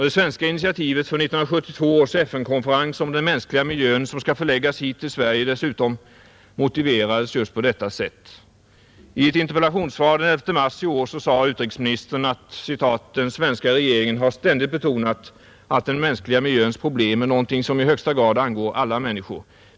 Det svenska initiativet till 1972 års FN-konferens om den mänskliga miljön, som skall förläggas hit till Sverige dessutom, motiveras just på detta sätt. I ett interpellationssvar den 11 mars i år sade utrikesministern att ”den svenska regeringen har ständigt betonat, att den mänskliga miljöns 51 problem är någonting som i högsta grad angår alla människor.